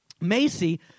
Macy